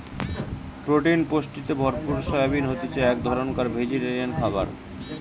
protein পুষ্টিতে ভরপুর soybean হতিছে এক ধরণকার ভেজিটেরিয়ান খাবার